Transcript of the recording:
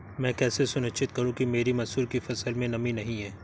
मैं कैसे सुनिश्चित करूँ कि मेरी मसूर की फसल में नमी नहीं है?